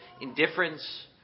indifference